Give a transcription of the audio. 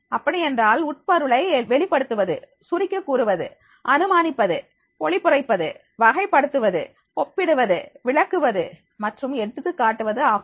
அப்படி என்றால் உட்பொருளை வெளிப்படுத்துவது சுருக்கி கூறுவது அனுமானிப்பது பொழிப்புரைப்பது வகைப்படுத்துவது ஒப்பிடுவது விளக்குவது மற்றும் எடுத்துக்காட்டுவது ஆகும்